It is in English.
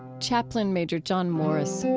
chaplain major john morris. so